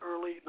early